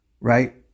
right